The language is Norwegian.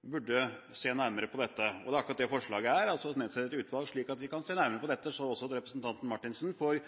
burde se nærmere på det. Det er akkurat det forslaget går ut på, altså å nedsette et utvalg, slik at vi kan se nærmere på dette – slik at også representanten Marthinsen